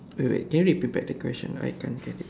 wait wait can you repeat back the question I can't get it